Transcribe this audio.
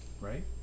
right